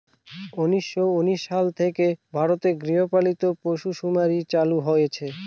উনিশশো উনিশ সাল থেকে ভারতে গৃহপালিত পশুসুমারী চালু হয়েছে